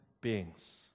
beings